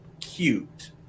Cute